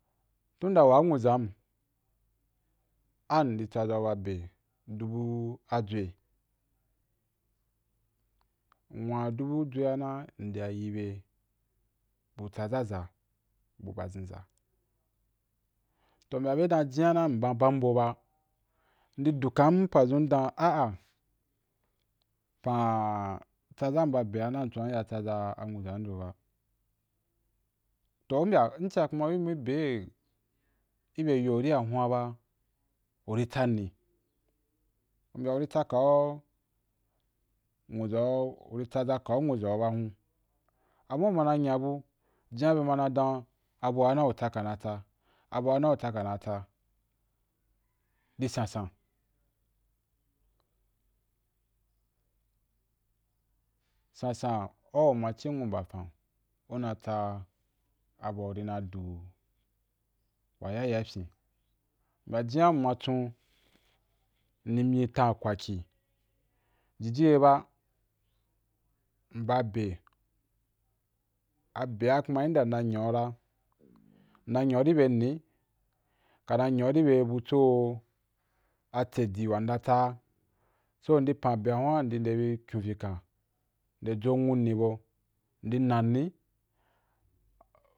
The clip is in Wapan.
Tun da wa anwuzam an ndì tsa zau ba be dubu dwa, nwa dubu dwa a na nde ya yi be bu tsa za za, bu ba. Zinza toh bya be dan jinya na mma bam bau ba ndi dukam pazun nda ah ah pan tsazam ba be a na nchon inya tsaza a nwu zam yo ba, toh u bya in ku ma jiya ri yu mi beh i be yo a ri a hun’a ba uri tsani u bya uri tsa kau nwuza’u, uri tsaza kau nwuza ba hun, ama u mana nyabu jinya bya ba na dan abua y tsa ka na tsa abua u tsaka na tsa ri sansan. Sansan a’u nwunmafan una tsa a bua uri na du wa yaya pyin bya jinya mma chon ndi myi tan kwaki jiji ye ba mba beh abe a ku ma ndai nna nyi’ou ra nna nyi’ou i be ni nka na nyi ou i bya abutso atsedi wa nda tsa, so ndi pan beh a hun’a ndi de bi qiun vikan nde jonwu ni bau ndi na ni’i